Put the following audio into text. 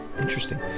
Interesting